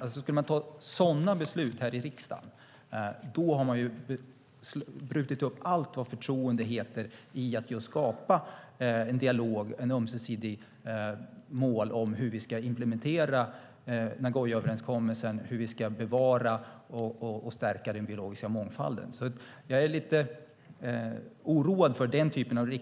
Om man skulle ta sådana beslut här i riksdagen har man brutit upp allt vad förtroende heter när det gäller att just skapa en dialog om och ett ömsesidigt mål för hur vi ska implementera Nagoyaöverenskommelsen och bevara och stärka den biologiska mångfalden. Jag är lite oroad över den typen av